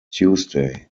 tuesday